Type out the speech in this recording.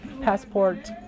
passport